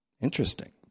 Interesting